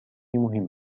مهمة